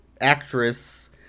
actress